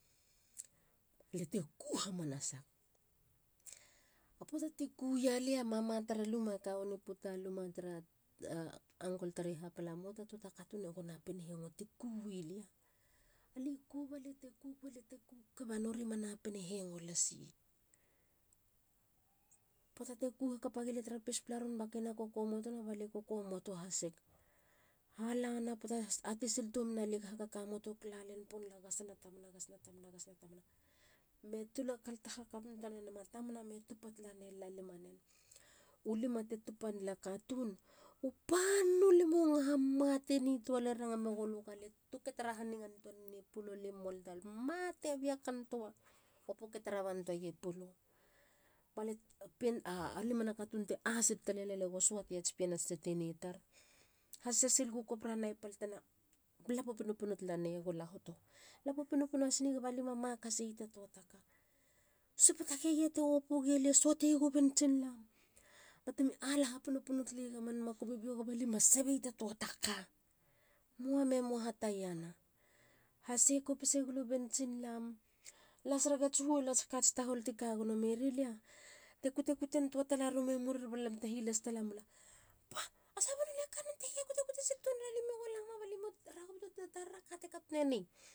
Liate ku hamanasag. Ba puata te ku ya lia. mama tara luma e kawani puta. luma tara uncle tari hapala. muata. tuata katun ego napin hengo ti ku wi lia. ali ku balia te kug. balia te kug. nori manapin hengo no has ye. Poata te ku hakapa gi lia tara pespala ron ba ke na kokomotona balie kokomoto hasig. ha lana puata las atesil alie hakamotog. lalen pon lala. gasena tamana. gasena tamana. gasena tamana. me tula hakapantua ne nama tamana me tupa tala ne lala lima nen. u lima te tupanela katun. u pan- nu limu ngaha mate nitua lie ranga megolu. galie tuketara hanigantua nene pulo. li mualel ta. mate biakan tua. opu ketara bantua ie pulo. Balia a pien a limana katun te ahasil tale iale go suate ats pien ats tetene tar. hasese silegu copra naip bate na lapo pinopino hasini gaba lima mak haseyi ta tua ta ka. Supa take gilia te opu gilia. suata egu bentsin lamp batemi alaha pinopino tale taleyega man makumi bio gaba lima sabe yi ta tua taka. Mua. me mua, ha tayan tua. hase kopise gulu bentsin lamp. las regats huol ats kats tahol ti kagono meiri lia. te kute kuten tua tala rumi murir. tehilas talamula pah!A sahaba nonei akate hia kuekute siler? Alimio go lamuma barte to aka te katone ni.